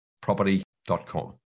property.com